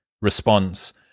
response